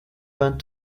went